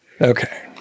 Okay